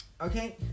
Okay